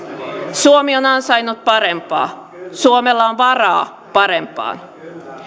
suomi on ansainnut parempaa suomella on varaa parempaan